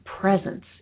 presence